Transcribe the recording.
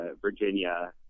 Virginia